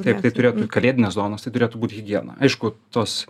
taip tai turėtų kalėdinės dovanos turėtų būti higiena aišku tos